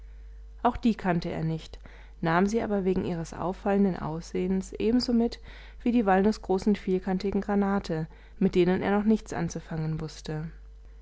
auch die kannte er nicht nahm sie aber wegen ihres auffallenden aussehens ebenso mit wie die walnußgroßen vielkantigen granate mit denen er noch nichts anzufangen wußte